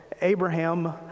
Abraham